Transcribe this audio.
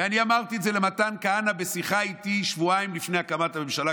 ואני אמרתי את זה למתן כהנא בשיחה שבועיים לפני הקמת הממשלה,